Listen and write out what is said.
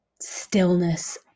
stillness